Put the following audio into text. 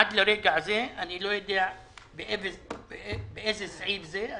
עד לרגע זה אני לא יודע באיזה סעיף זה מופיע.